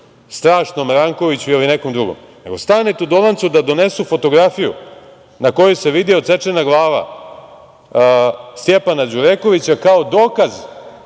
strašnom Rankoviću ili nekom drugom, nego Stanetu Dolancu da donesu fotografiju na kojoj se vidi odsečena glava Stejpana Đurekovića kao dokaz